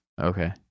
Okay